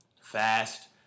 fast